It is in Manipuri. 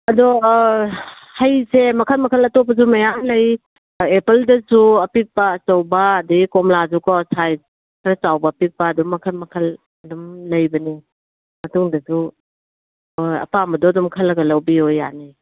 ꯑꯗꯣ ꯍꯩꯁꯦ ꯃꯈꯟ ꯃꯈꯟ ꯑꯇꯣꯞꯄꯁꯨ ꯃꯌꯥꯝ ꯂꯩ ꯑꯦꯄꯜꯗꯁꯨ ꯑꯄꯤꯛꯄ ꯑꯆꯧꯕ ꯑꯗꯒꯤ ꯀꯣꯝꯂꯁꯨꯀꯣ ꯁꯥꯏꯖ ꯈꯔ ꯆꯥꯎꯕ ꯑꯄꯤꯛꯄ ꯑꯗꯨꯝ ꯃꯈꯜ ꯃꯈꯜ ꯑꯗꯨꯝ ꯂꯩꯕꯅꯦ ꯃꯇꯨꯡꯗꯁꯨ ꯑꯄꯥꯝꯕꯗꯣ ꯑꯗꯨꯝ ꯈꯜꯂꯒ ꯂꯧꯕꯤꯌꯣ ꯌꯥꯅꯤ